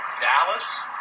Dallas